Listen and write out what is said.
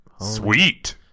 Sweet